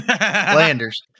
Landers